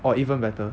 or even better